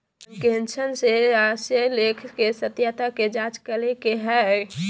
अंकेक्षण से आशय लेख के सत्यता के जांच करे के हइ